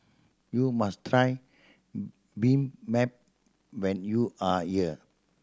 you must try been map when you are here